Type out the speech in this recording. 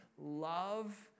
Love